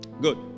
good